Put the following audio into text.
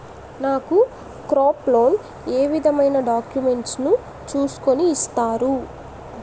నాకు crop loan ఏ విధమైన డాక్యుమెంట్స్ ను చూస్కుని ఇస్తారు?